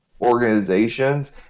organizations